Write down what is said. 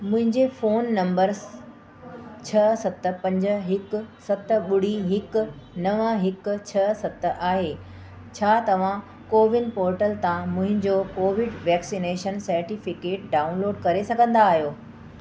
मुंहिंजे phone number छह सत पंज हिकु सत ॿुड़ी हिकु नव हिकु छह सत आहे छा तव्हां कोविन पोर्टल ता मुंहिंजो कोविड वैक्सनेशन सटिफिकेट डाउनलोड करे सघंदा आहियो